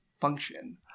function